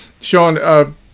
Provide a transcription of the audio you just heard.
Sean